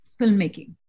filmmaking